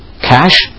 cash